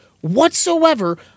whatsoever